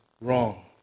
wrong